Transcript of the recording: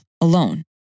alone